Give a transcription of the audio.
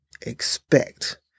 expect